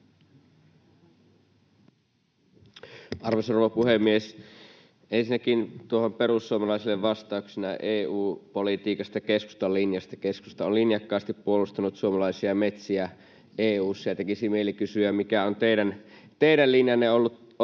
Arvoisa rouva puhemies! Ensinnäkin perussuomalaisille vastauksena keskustan linjasta EU-politiikassa. Keskusta on linjakkaasti puolustanut suomalaisia metsiä EU:ssa, ja tekisi mieli kysyä, mikä on teidän linjanne ollut siellä.